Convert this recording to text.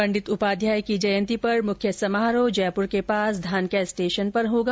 पंडित उपाध्याय की जयंती पर मुख्य समारोह जयंपुर के पास धानक्या स्टेशन पर होगा